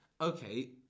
Okay